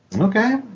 Okay